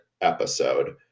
episode